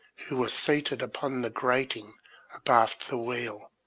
who was seated upon the grating abaft the wheel,